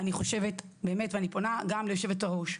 אני חושבת באמת ואני פונה גם ליושבת הראש,